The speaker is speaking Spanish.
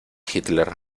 hitler